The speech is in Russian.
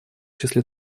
числе